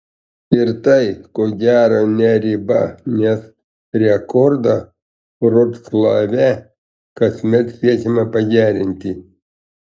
ir tai ko gero ne riba nes rekordą vroclave kasmet siekiama pagerinti